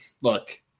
Look